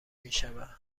میشوند